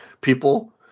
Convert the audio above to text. people